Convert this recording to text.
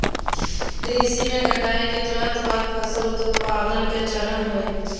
कृषि में कटाई के तुरंत बाद फसल उत्पादन के चरण हइ